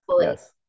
Yes